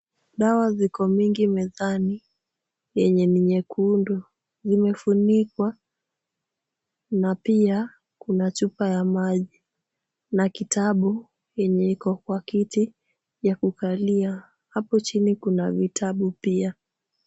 Dawa ziko mingi mezani zenye ni nyekundu. Ziefunikwa na pia kuna chupa ya maji na kitabu yenye iko kwa kiti ya kukalia. Hapo chini kuna vitabu pia.